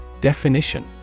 Definition